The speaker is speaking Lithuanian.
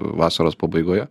vasaros pabaigoje